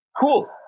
cool